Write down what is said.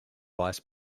vice